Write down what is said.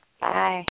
Bye